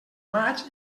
maig